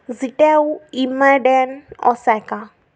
जिट्याव इमडेन ऑसॅका